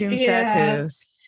tattoos